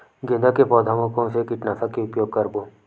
गेंदा के पौधा म कोन से कीटनाशक के उपयोग करबो?